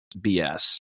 BS